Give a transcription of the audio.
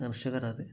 കർഷകർ അത്